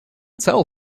tell